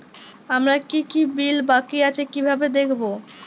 আমার কি কি বিল বাকী আছে কিভাবে দেখবো?